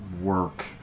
work